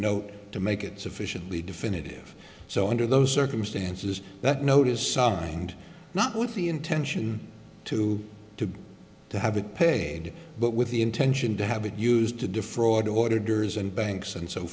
note to make it sufficiently definitive so under those circumstances that note is signed not with the intention to to to have it paid but with the intention to have it used to defraud orders and banks and so